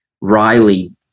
Riley